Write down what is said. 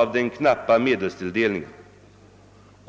av den knappa medelstilldelningen.